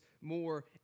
more